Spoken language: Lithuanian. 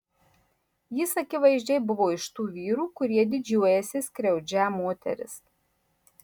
jis akivaizdžiai buvo iš tų vyrų kurie didžiuojasi skriaudžią moteris